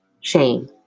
shame